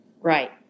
Right